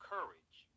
Courage